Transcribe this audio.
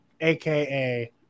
AKA